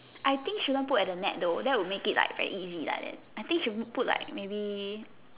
I think shouldn't put at the net though that would make it like very easy like that I think should put like maybe